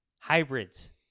Hybrids